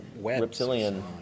reptilian